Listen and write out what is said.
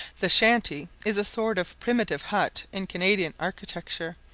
the shanty is a sort of primitive hut in canadian architecture,